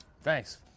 Thanks